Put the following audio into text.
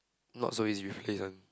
not so easy to replace one